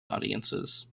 audiences